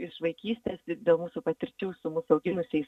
iš vaikystės ir dėl mūsų patirčių su mus auginusiais